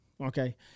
okay